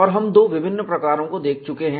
और हम दो विभिन्न प्रकारों को देख चुके हैं